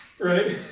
right